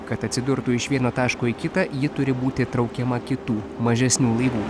kad atsidurtų iš vieno taško į kitą ji turi būti traukiama kitų mažesnių laivų